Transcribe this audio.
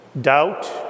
doubt